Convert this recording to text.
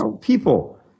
People